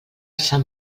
sant